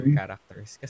characters